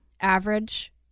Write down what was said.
average